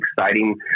exciting